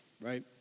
right